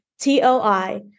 T-O-I